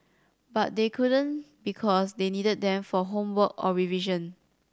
but they couldn't because they needed them for homework or revision